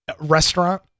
restaurant